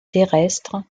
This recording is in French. terrestre